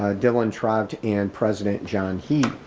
ah dylan trout and president john hii.